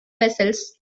vessels